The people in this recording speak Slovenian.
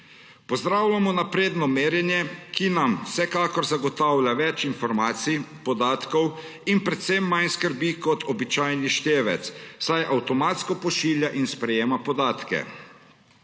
Pozdravljamo napredno merjenje, ki nam vsekakor zagotavlja več informacij, podatkov in predvsem manj skrbi kot običajni števec, saj avtomatsko pošilja in sprejema podatke.